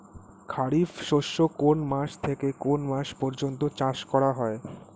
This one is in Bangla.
খারিফ শস্য কোন মাস থেকে কোন মাস পর্যন্ত চাষ করা হয়?